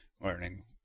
learning